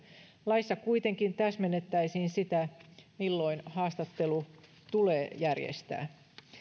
laissa kuitenkin täsmennettäisiin sitä milloin haastattelu tulee järjestää